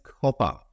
copper